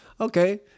okay